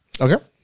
Okay